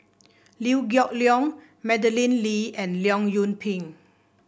Liew Geok Leong Madeleine Lee and Leong Yoon Pin